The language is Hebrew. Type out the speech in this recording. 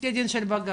בפסקי דין של בג"ץ?